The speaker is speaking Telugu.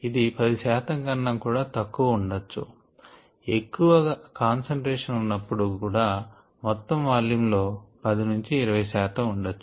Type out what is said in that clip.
ఇది 10శాతం కన్నా కూడా తక్కువ కావచ్చు ఎక్కువ కాన్సంట్రేషన్ ఉన్నప్పుడు కూడా మొత్తం వాల్యూమ్ లో 10 20 శాతం ఉండొచ్చు